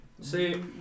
See